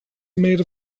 made